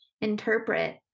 interpret